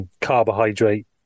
carbohydrate